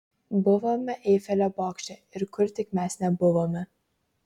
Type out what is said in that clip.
buvome eifelio bokšte ir kur tik mes nebuvome